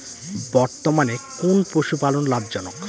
বর্তমানে কোন পশুপালন লাভজনক?